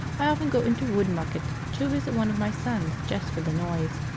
i often go into woodmucket to visit one of my sons just for the noise,